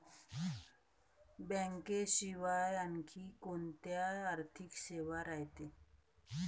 बँकेशिवाय आनखी कोंत्या आर्थिक सेवा रायते?